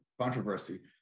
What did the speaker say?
controversy